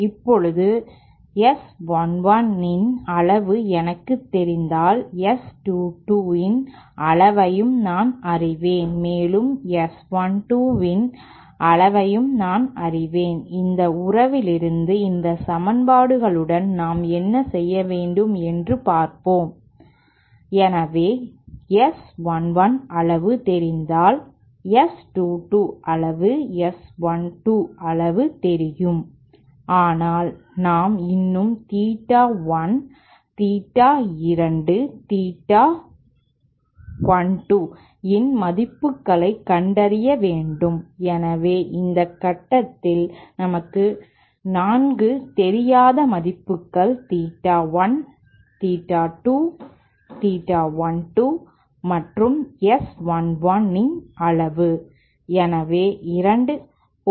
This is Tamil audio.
இப்போது S 1 1 இன் அளவு எனக்குத் தெரிந்தால் S 2 2 இன் அளவையும் நான் அறிவேன் மேலும் S 1 2 இன் அளவையும் நான் அறிவேன் இந்த உறவிலிருந்து இந்த சமன்பாடுகளுடன் நாம் என்ன செய்ய வேண்டும் என்று பார்ப்போம் எனவே S 1 1 அளவு தெரிந்தால் S 2 2 அளவு S 1 2 அளவு தெரியும் ஆனால் நாம் இன்னும் தீட்டா 1 தீட்டா 2 தீட்டா 1 2 இன் மதிப்புகளைக் கண்டறியவேண்டும் எனவே இந்த கட்டத்தில் நமக்கு 4 தெரியாத மதிப்புகள் தீட்டா 1 தீட்டா 2 தீட்டா 1 2 மற்றும் S 1 1 இன் அளவு